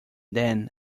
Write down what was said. then